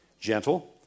gentle